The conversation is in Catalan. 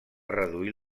reduir